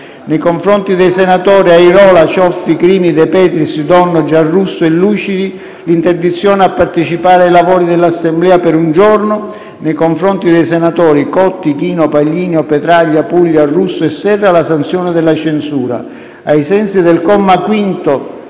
nei confronti dei senatori Airola, Cioffi, Crimi, De Petris, Donno, Giarrusso e Lucidi l'interdizione a partecipare ai lavori dell'Assemblea per un giorno; nei confronti dei senatori Cotti, Ichino, Paglini, Petraglia, Puglia, Russo e Serra la sanzione della censura. Ai sensi del comma 5